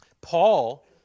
Paul